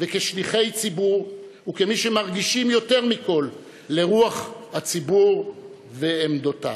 וכשליחי ציבור וכמי שרגישים יותר מכול לרוח הציבור ולעמדותיו.